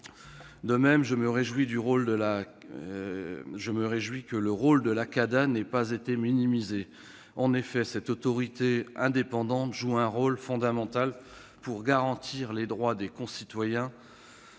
De même, je me réjouis que le rôle de la CADA n'ait pas été minimisé. En effet, cette autorité indépendante joue un rôle fondamental pour garantir les droits des citoyens,